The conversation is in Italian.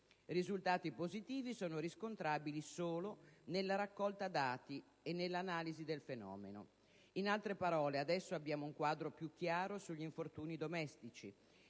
Risultati positivi sono riscontrabili solo nella raccolta dati e nell'analisi del fenomeno. In altre parole, adesso abbiamo un quadro più chiaro sugli infortuni domestici.